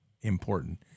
Important